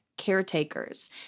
Caretakers